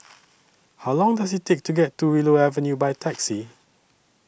How Long Does IT Take to get to Willow Avenue By Taxi